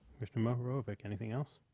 mr. mohorovic, anything else?